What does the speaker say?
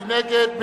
מי נגד?